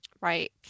right